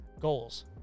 goals